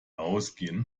ausgehen